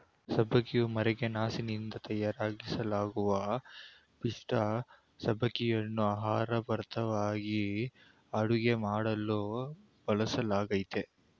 ಸಬ್ಬಕ್ಕಿಯು ಮರಗೆಣಸಿನಿಂದ ತಯಾರಿಸಲಾಗುವ ಪಿಷ್ಠ ಸಬ್ಬಕ್ಕಿಯನ್ನು ಆಹಾರಪದಾರ್ಥವಾಗಿ ಅಡುಗೆ ಮಾಡಲು ಬಳಸಲಾಗ್ತದೆ